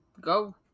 go